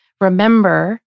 remember